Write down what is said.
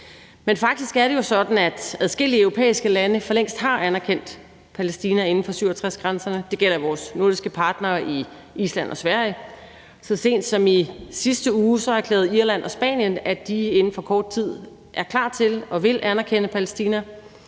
Men faktisk er det jo sådan, at adskillige europæiske lande for længst har anerkendt et Palæstina inden for 1967-grænserne. Det gælder vores nordiske partnere i Island og Sverige. Så sent som i sidste uge erklærede Irland og Spanien, at de inden for kort tid er klar til og vil anerkende Palæstina,